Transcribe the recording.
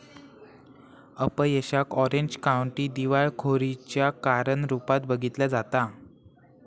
अपयशाक Orange County दिवाळखोरीच्या कारण रूपात बघितला जाता